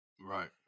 right